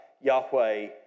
Yahweh